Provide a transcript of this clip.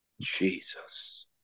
Jesus